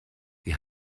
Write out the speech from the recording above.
wir